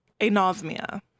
anosmia